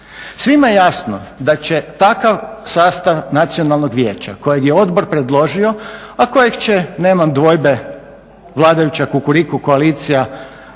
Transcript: Svima je jasno da će takav sastav Nacionalnog vijeća kojeg je odbor predložio, a kojeg će nemam dvojbe vladajuća Kukuriku koalicija